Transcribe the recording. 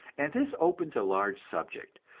and this opens a large subject.